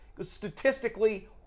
statistically